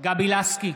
גבי לסקי,